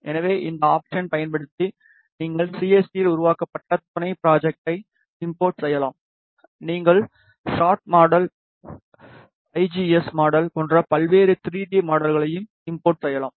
எனவே இந்த ஆப்ஷன் பயன்படுத்தி நீங்கள் சிஎஸ்டியில் உருவாக்கப்பட்ட துணைத் ஃப்ராஜேடை இம்போர்ட் செய்யலாம்நீங்கள் சாட் மாடல் ஐஜிஎஸ் மாடல் போன்ற பல்வேறு 3D மாடல்களையும் இம்போர்ட் செய்யலாம்